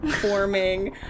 forming